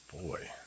Boy